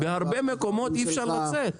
מהרבה מקומות אי אפשר לצאת אחרת.